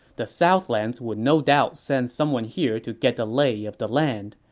the southlands would no doubt send someone here to get the lay of the land.